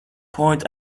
point